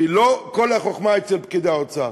כי לא כל החוכמה היא אצל פקידי האוצר.